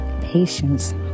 patience